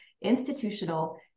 institutional